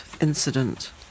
incident